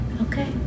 Okay